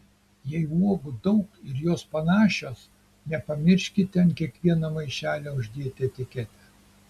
jei uogų daug ir jos panašios nepamirškite ant kiekvieno maišelio uždėti etiketę